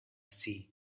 sea